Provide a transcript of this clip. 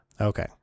Okay